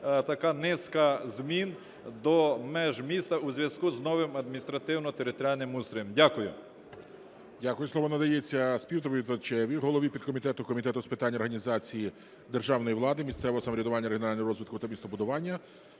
така низка змін до меж міста у зв'язку з новим адміністративно-територіальним устроєм. Дякую.